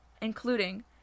including